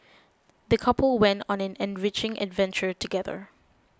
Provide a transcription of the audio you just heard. the couple went on an enriching adventure together